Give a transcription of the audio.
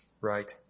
right